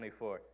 24